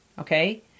Okay